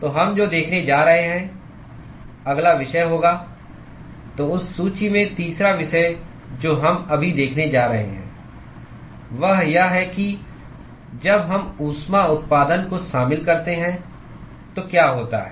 तो हम जो देखने जा रहे हैं अगला विषय होगा - तो उस सूची में तीसरा विषय जो हम अभी देखने जा रहे हैं वह यह है कि जब हम ऊष्मा उत्पादन को शामिल करते हैं तो क्या होता है